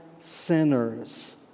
sinners